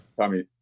Tommy